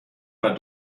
bei